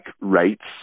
rates